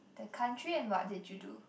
the country and what did you do